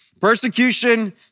Persecution